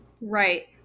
Right